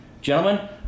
Gentlemen